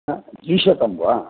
आ त्रिशतं वा